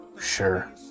Sure